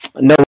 no